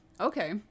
Okay